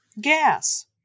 gas